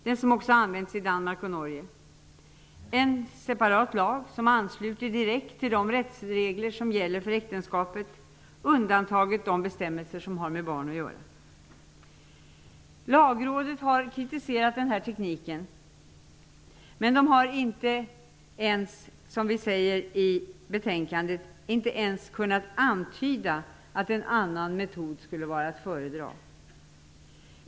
Den har också använts i Danmark och Norge. Det är en separat lag som ansluter direkt till de rättsregler som gäller för äktenskapet; de bestämmelser som har med barn att göra är undantagna. Lagrådet har kritiserat den här tekniken, men man har inte ens, som vi skriver i betänkandet, kunnat antyda att en annan metod kunde vara att föredra.